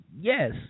Yes